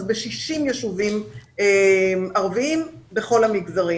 אנחנו נמצאים ב-60 ישובים ערביים בכל המגזרים